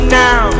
now